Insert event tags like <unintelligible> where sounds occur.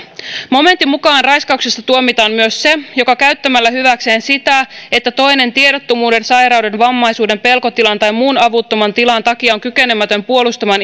momentin mukaan raiskauksesta tuomitaan myös se joka käyttämällä hyväkseen sitä että toinen tiedottomuuden sairauden vammaisuuden pelkotilan tai muun avuttoman tilan takia on kykenemätön puolustamaan <unintelligible>